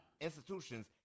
institutions